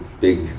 big